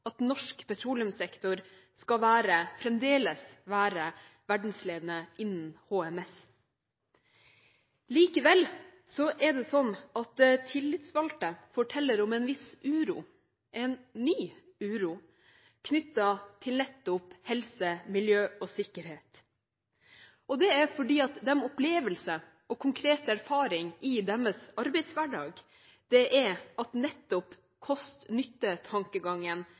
at norsk petroleumssektor fremdeles skal være verdensledende innenfor HMS. Likevel er det sånn at tillitsvalgte forteller om en viss uro, en ny uro, knyttet til nettopp helse, miljø og sikkerhet. Det er fordi opplevelser og konkret erfaring fra deres arbeidshverdag, nettopp er at